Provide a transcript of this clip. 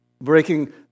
Breaking